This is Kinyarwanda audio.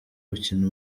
gukina